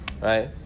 right